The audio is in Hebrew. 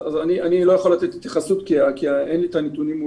אני לא יכול לתת התייחסות כי אין לי כאן את הנתונים.